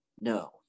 No